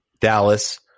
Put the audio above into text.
Dallas